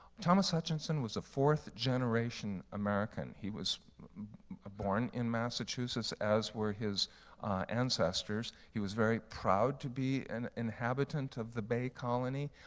thomas hutchinson was a fourth-generation american. he was ah born in massachusetts, as were his ancestors. ancestors. he was very proud to be an inhabitant of the bay colony.